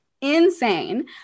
insane